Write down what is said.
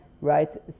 right